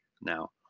now